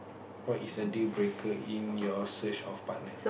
what is the dealbreaker in your search of partner